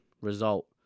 result